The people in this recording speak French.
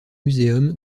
museum